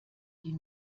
die